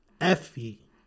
Effie